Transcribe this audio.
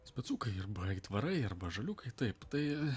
specukai arba aitvarai arba žaliukai taip tai